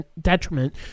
detriment